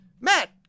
Matt